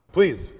Please